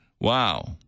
Wow